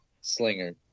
slinger